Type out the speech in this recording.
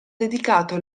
dedicato